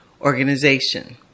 organization